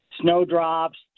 snowdrops